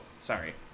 Sorry